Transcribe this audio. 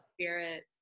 spirit